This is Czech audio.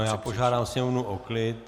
Já požádám sněmovnu o klid.